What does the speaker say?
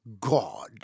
God